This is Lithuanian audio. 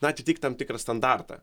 na atitikti tam tikrą standartą